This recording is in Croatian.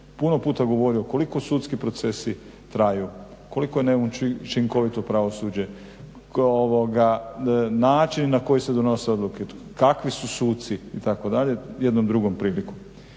puno puta govorio koliko sudski procesi traju, koliko je neučinkovito pravosuđe, način na koji se donose odluke, kakvi su suci itd. jednom drugom prilikom.